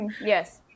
Yes